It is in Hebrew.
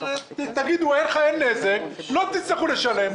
תגידו שאין נזק לא תצטרכו לשלם.